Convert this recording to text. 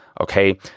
Okay